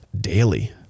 daily